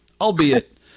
albeit